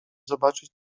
zobaczyć